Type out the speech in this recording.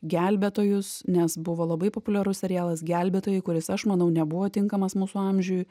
gelbėtojus nes buvo labai populiarus serialas gelbėtojai kuris aš manau nebuvo tinkamas mūsų amžiui